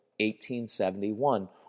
1871